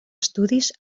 estudis